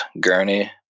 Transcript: gurney